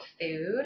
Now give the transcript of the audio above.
food